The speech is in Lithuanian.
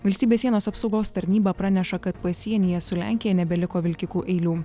valstybės sienos apsaugos tarnyba praneša kad pasienyje su lenkija nebeliko vilkikų eilių